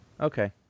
Okay